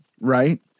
Right